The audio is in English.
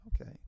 Okay